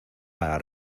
para